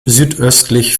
südöstlich